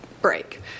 break